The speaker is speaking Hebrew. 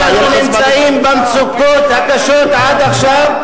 בגללכם אנחנו נמצאים במצוקות הקשות עד עכשיו,